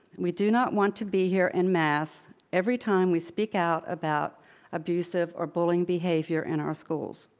we do not want to be here in mass every time we speak out about abusive or bullying behavior in our schools.